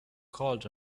called